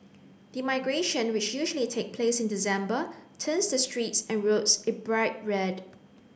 the migration which usually take place in December turns the streets and roads a bright red